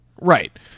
Right